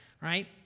right